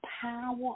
power